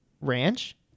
ranch